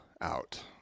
out